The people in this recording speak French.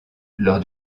lors